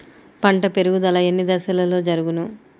పంట పెరుగుదల ఎన్ని దశలలో జరుగును?